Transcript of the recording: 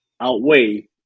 outweigh